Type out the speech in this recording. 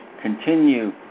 continue